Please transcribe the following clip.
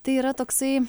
tai yra toksai